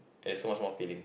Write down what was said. is much more filling